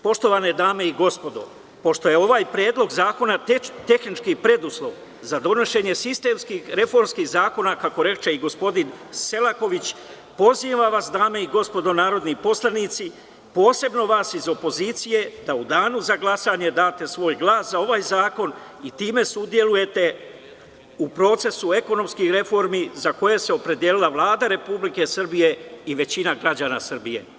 Poštovane dame i gospodo narodni poslanici, pošto je ovaj predlog zakona tehnički preduslov za donošenje sistemskih reformskih zakona, kako reče i gospodin Selaković, pozivam vas, posebno vas iz opozicije, da u danu za glasanje date svoj glas za ovaj zakon i time sudelujete u procesu ekonomskih reformi, za koje se opredelila Vlada Republike Srbije i većina građana Srbije.